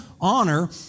honor